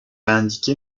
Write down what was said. indiqué